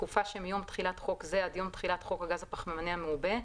בתקופה שמיום תחילת חוק זה עד יום תחילת חוק הגז הפחמימני המעובה,